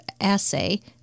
assay